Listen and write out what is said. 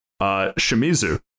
Shimizu